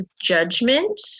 judgment